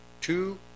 Two